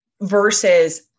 versus